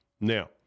Now